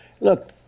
Look